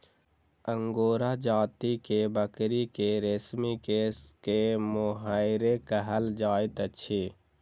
angora जाति के बकरी के रेशमी केश के मोहैर कहल जाइत अछि